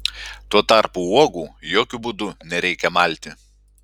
tuo tarpu uogų jokiu būdu nereikia malti